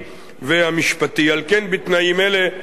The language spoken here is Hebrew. על כן, בתנאים אלה, אדוני היושב-ראש,